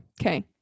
okay